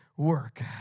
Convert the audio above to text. work